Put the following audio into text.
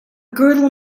girdle